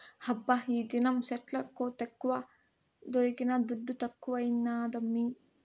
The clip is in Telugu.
హబ్బా ఈదినం సెట్ల కోతెక్కువ దొరికిన దుడ్డు తక్కువైనాదమ్మీ